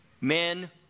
Men